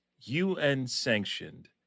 UN-sanctioned